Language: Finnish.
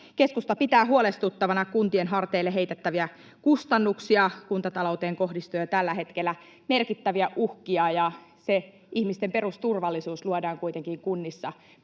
Keskusta pitää huolestuttavana kuntien harteille heitettäviä kustannuksia. Kuntatalouteen kohdistuu jo tällä hetkellä merkittäviä uhkia, ja se ihmisten perusturvallisuus luodaan kuitenkin kunnissa peruspalveluiden